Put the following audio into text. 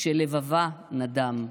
שלבבה נדם.